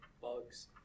Bugs